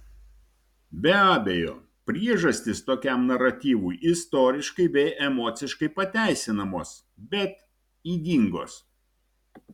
be abejo priežastys tokiam naratyvui istoriškai bei emociškai pateisinamos bet ydingos